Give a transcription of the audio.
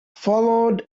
followed